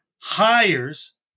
hires